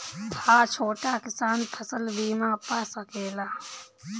हा छोटा किसान फसल बीमा पा सकेला?